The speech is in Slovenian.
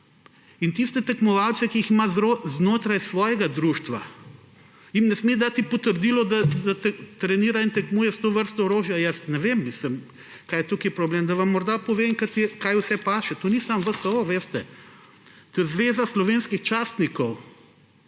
da tistim tekmovalcem, ki jih ima znotraj svojega društva, ne sme dati potrdila, da trenirajo in tekmujejo s to vrsto orožja, jaz ne vem, kaj je tukaj problem. Da vam morda povem, kaj vse spada. To ni samo VSO, to je Zveza slovenskih častnikov,